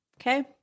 Okay